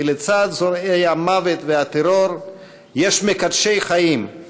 כי לצד זורעי המוות והטרור יש מקדשי חיים,